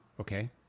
okay